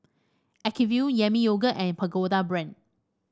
Acuvue Yami Yogurt and Pagoda Brand